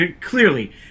Clearly